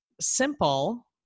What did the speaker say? simple